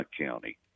county